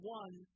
one